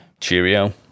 cheerio